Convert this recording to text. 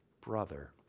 brother